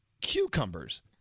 cucumbers